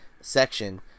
section